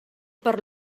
per